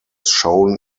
shown